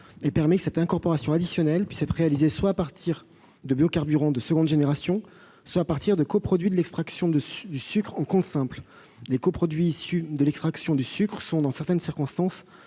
et permet que cette incorporation additionnelle puisse être réalisée, soit à partir de biocarburants de seconde génération, soit à partir de coproduits de l'extraction du sucre, en compte simple. Les coproduits issus de l'extraction du sucre sont, dans certaines circonstances,